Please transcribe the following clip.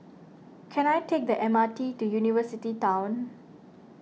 can I take the M R T to University Town